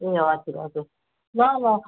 ए हजुर हजुर ल ल